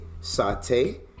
saute